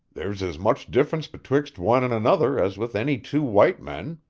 there's as much difference betwixt one and another as with any two white men.